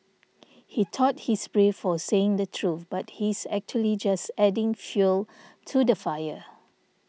he thought he's brave for saying the truth but he's actually just adding fuel to the fire